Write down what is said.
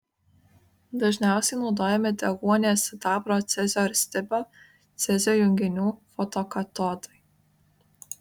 dažniausiai naudojami deguonies sidabro cezio ir stibio cezio junginių fotokatodai